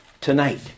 tonight